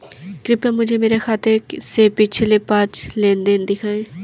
कृपया मुझे मेरे खाते से पिछले पाँच लेन देन दिखाएं